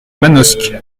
manosque